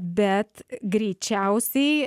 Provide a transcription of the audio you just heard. bet greičiausiai